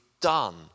done